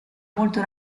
molto